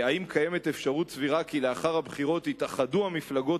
האם קיימת אפשרות סבירה כי לאחר הבחירות יתאחדו המפלגות